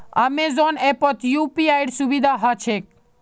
Amazon ऐपत यूपीआईर सुविधा ह छेक